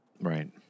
Right